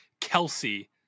Kelsey